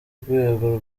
rwego